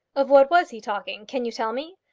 of what was he talking? can you tell me?